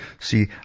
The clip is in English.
See